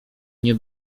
nie